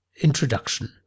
Introduction